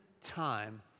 Time